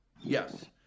Yes